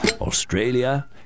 Australia